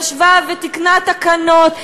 ישבה ותיקנה תקנות,